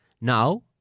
Now